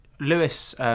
Lewis